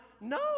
No